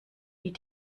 wie